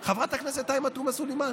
חברת הכנסת עאידה תומא סלימאן